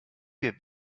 wir